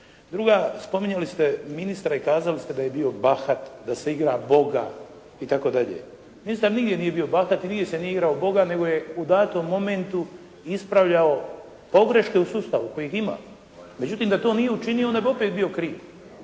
Druga, spominjali ste ministra i kazali ste da je bio bahat, da se igra Boga itd. Ministar nigdje nije bio bahat i nigdje se nije igrao Boga, nego je u datom momentu ispravljao pogreške u sustavu kojih ima. Međutim da to nije učinio onda bi opet bio kriv,